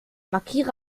markiere